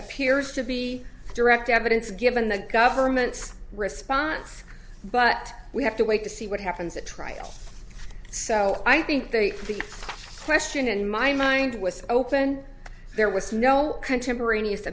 appears to be direct evidence given the government's response but we have to wait to see what happens at trial so i think the the question in my mind was open there was no contemporaneous